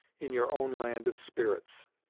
in your own land of spirits.